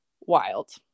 wild